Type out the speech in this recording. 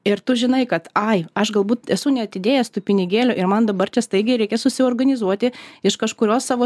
ir tu žinai kad ai aš galbūt esu neatidėjęs tų pinigėlių ir man dabar čia staigiai reikia susiorganizuoti iš kažkurios savo